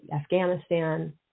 Afghanistan